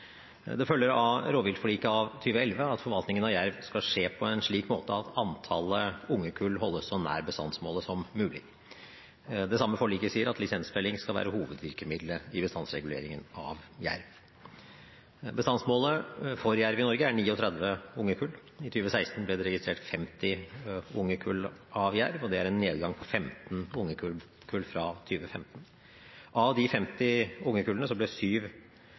Det følger av rovviltforliket av 2011 at forvaltningen av jerv skal skje på en slik måte at antallet ungekull holdes så nær bestandsmålet som mulig. Det samme forliket sier at lisensfelling skal være hovedvirkemiddelet i bestandsreguleringen av jerv. Bestandsmålet for jerv i Norge er 39 ungekull. I 2016 ble det registrert 50 ungekull av jerv, og det er en nedgang på 15 ungekull fra 2015. Av de 50 ungekullene ble syv